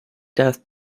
death